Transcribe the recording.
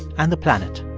and the planet